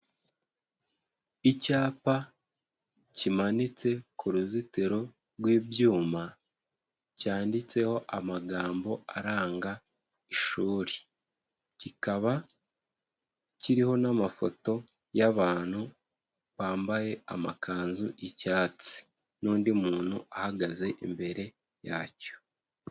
Icyapa kimanitse ku ruzitiro rw'ibyuma, cyanditseho amagambo aranga ishuri, kikaba kiriho n'amafoto y'abantu bambaye amakanzu y'icyatsi n'undi muntu ahagaze imbere yacyo.